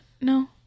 No